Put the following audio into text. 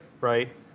right